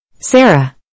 Sarah